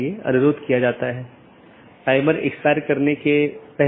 विशेषता का संयोजन सर्वोत्तम पथ का चयन करने के लिए उपयोग किया जाता है